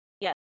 Yes